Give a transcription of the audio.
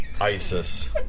ISIS